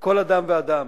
כל אדם ואדם